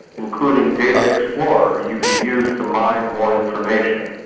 including data explorer you can use to mine more information.